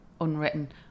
unwritten